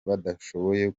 badashoboye